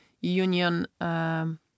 union